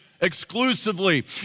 exclusively